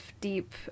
deep